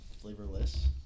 flavorless